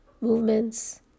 movements